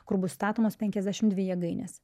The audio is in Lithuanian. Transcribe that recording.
kur bus statomos penkiasdešimt dvi jėgainės